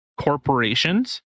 corporations